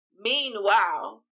Meanwhile